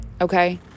Okay